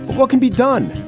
what can be done?